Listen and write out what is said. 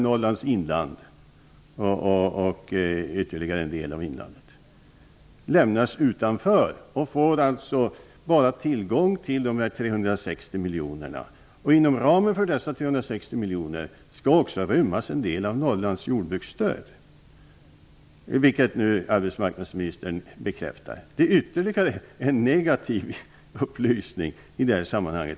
Norrlands inland och ytterligare en del av inlandet lämnas alltså utanför och får bara tillgång till de 360 miljonerna. Inom ramen för dessa 360 miljoner skall en del av Norrlands jordbruksstöd också rymmas. Det bekräftar nu arbetsmarknadsministern. Det är ytterligare en negativ upplysning i detta sammanhang.